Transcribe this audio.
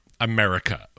America